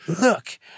Look